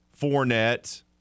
Fournette